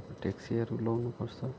आफू ट्याक्सीहरू लाउनुपर्छ